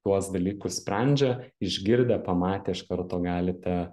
tuos dalykus sprendžia išgirdę pamatę iš karto galite